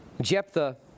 Jephthah